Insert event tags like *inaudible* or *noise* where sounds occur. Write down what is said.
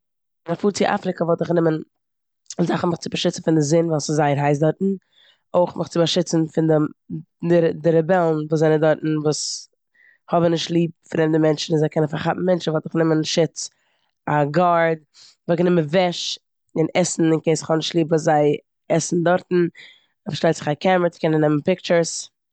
מ'פארט צו אפריקע וואלט איך גענומען זאכן מיך צו באשיצן פון די זון ווייל ס'זייער הייס דארטן, אויך מיך צו באשיצן פון די- *unintelligible* די רעבעלן וואס זענען דארטן וואס האבן נישט ליב פרעמדע מענטשן און זיי קענען פארכאפן מענטשן, וואלט איך גענומען שוץ, א גארד. כ'וואלט גענומען וועש און עסן אין קעיס איך האב נישט ליב וואס זיי עסן דארטן און פארשטייט זיך א קעמערא צו קענען נעמען פיקטשערס.